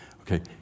Okay